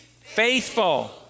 Faithful